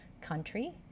country